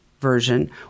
version